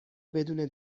بدون